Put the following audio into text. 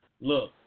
Look